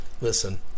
Listen